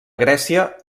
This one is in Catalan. grècia